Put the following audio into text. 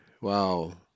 wow